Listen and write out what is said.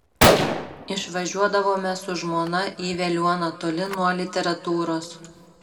išvažiuodavome su žmona į veliuoną toli nuo literatūros